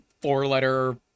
four-letter